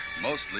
mostly